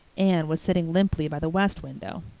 anne was sitting limply by the west window.